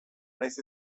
nahiz